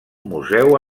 museu